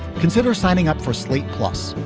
consider signing up for slate. plus,